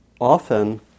often